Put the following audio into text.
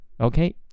Okay